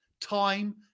time